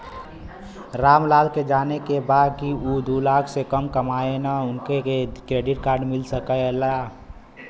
राम लाल के जाने के बा की ऊ दूलाख से कम कमायेन उनका के क्रेडिट कार्ड मिल सके ला?